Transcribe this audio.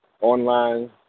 online